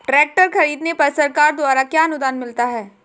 Tractor खरीदने पर सरकार द्वारा क्या अनुदान मिलता है?